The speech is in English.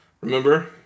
Remember